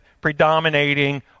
predominating